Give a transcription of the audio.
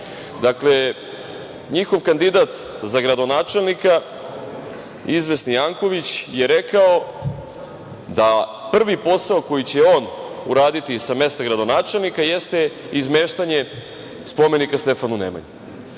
Dakle, njihov kandidat za gradonačelnika, izvesni Janković, je rekao da prvi posao koji će on uraditi sa mesta gradonačelnika jeste izmeštanje spomenika Stefanu Nemanji.